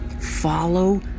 follow